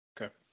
Okay